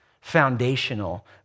Foundational